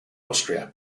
austria